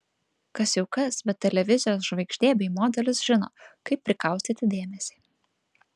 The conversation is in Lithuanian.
kas jau kas bet televizijos žvaigždė bei modelis žino kaip prikaustyti dėmesį